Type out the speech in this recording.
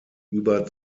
über